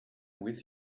with